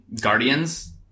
guardians